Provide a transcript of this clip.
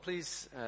Please